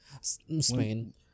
Spain